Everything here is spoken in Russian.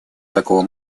такого